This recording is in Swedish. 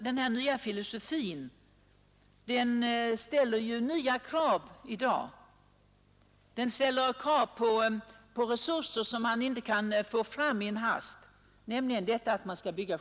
Denna nya filosofi ställer ju nya krav — den ställer krav på resurser som man inte kan få fram i en hast, nämligen för skyddsrumsbyggen.